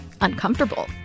uncomfortable